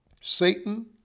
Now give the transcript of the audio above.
Satan